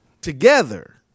together